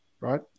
Right